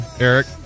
Eric